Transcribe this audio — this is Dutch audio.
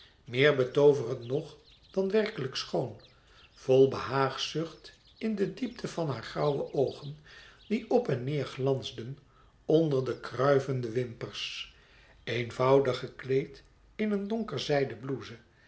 meer betooverend nog dan werkelijk schoon vol behaagzucht in de diepte van haar grauwe oogen die op en neêr glansden onder de kruivende wimpers eenvoudig gekleed in een donker zijden blouse